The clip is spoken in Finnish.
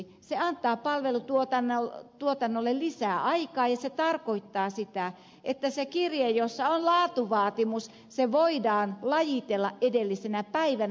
se antaa palvelutuotannolle lisää aikaa ja se tarkoittaa sitä että se kirje jossa on laatuvaatimus voidaan lajitella edellisenä päivänä